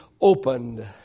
opened